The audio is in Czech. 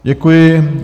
Děkuji.